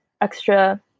extra